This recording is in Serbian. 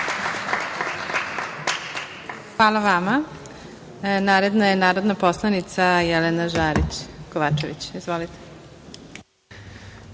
Hvala vama. Naredna je narodna poslanica Jelena Žarić Kovačević. Izvolite.